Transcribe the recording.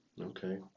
Okay